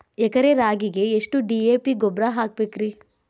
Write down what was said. ಎಕರೆ ರಾಗಿಗೆ ಎಷ್ಟು ಡಿ.ಎ.ಪಿ ಗೊಬ್ರಾ ಹಾಕಬೇಕ್ರಿ?